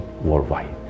worldwide